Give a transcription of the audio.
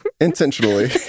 intentionally